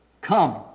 come